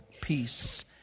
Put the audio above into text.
peace